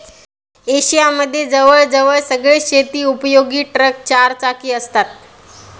Asia मध्ये जवळ जवळ सगळेच शेती उपयोगी ट्रक चार चाकी असतात